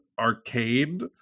arcade